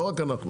לא רק אנחנו.